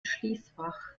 schließfach